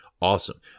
awesome